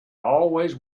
always